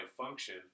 function